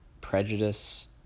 prejudice